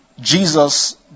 Jesus